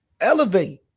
elevate